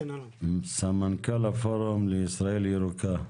סמנכ"ל הפורום לישראל ירוקה,